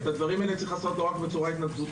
את הדברים האלה צריך לעשות לא רק בצורה התנדבותית,